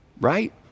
right